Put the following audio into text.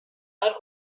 هنر